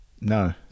no